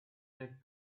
were